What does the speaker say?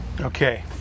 Okay